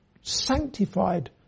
sanctified